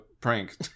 prank